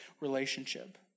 relationship